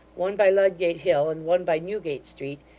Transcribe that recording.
one by ludgate hill, and one by newgate street,